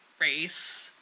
race